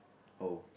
oh